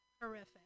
horrific